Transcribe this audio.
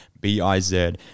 B-I-Z